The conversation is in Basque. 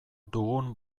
dugun